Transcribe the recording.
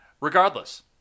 regardless